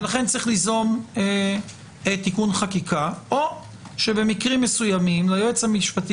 לכן צריך ליזום תיקון חקיקה או במקרים מסוימים ליועץ המשפטי